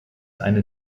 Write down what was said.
eine